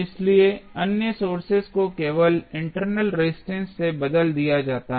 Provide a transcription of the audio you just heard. इसलिए अन्य सोर्सेज को केवल इंटरनल रेजिस्टेंस से बदल दिया जाता है